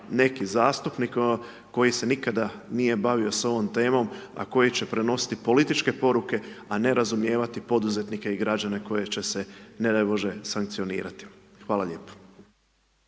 neki zastupnik koji se nikada nije bavio s ovom temom, a koji će prenositi političke poruke, a ne razumijevati poduzetnike i građane koje će se, ne daj Bože, sankcionirati. Hvala lijepo.